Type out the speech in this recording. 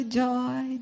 joy